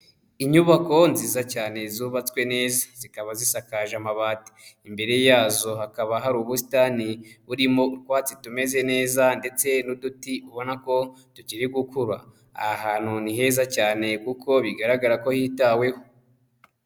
Inyubako nziza cyane zubatswe neza zikaba zisakaje amabati, imbere yazo hakaba hari ubusitani burimo utwatsi tumeze neza ndetse n'uduti ubona ko tukiri gukura, aha hantu ni heza cyane kuko bigaragara ko hitaweho.